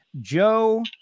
Joe